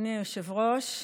גברתי השרה.